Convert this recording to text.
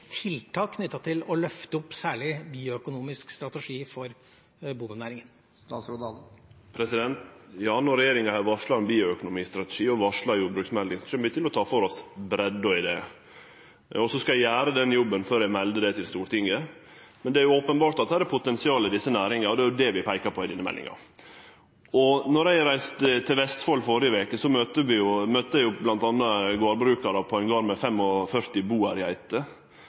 tiltak knyttet til å løfte opp særlig bioøkonomisk strategi for bondenæringa? Ja, når regjeringa har varsla ein bioøkonomistrategi og ei jordbruksmelding, kjem vi til å ta for oss breidda i det. Så skal eg gjere den jobben før eg melder det til Stortinget. Men det er openbert at det er potensial i denne næringa, og det er det vi peiker på i denne meldinga. Då eg reiste til Vestfold i førre veke, møtte eg m.a. gardbrukarar på ein gard med